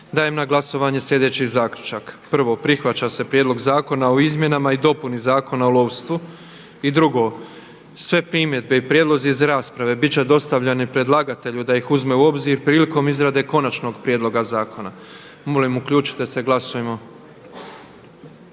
dajem na glasovanje sljedeći Zaključak: „1. Prihvaća se prijedlog Zakona o izmjenama i dopunama Zakona o izvlaštenju i određivanju naknade. 2. Sve primjedbe i prijedlozi iz rasprave biti će dostavljeni predlagatelju da ih uzme u obzir prilikom izrade konačnog prijedloga zakona.“. Molim uključite se, glasujmo.